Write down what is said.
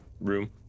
room